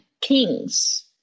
Kings